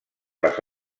les